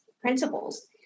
principles